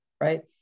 right